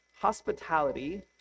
hospitality